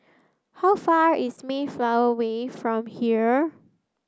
how far away is Mayflower Way from here